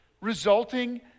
resulting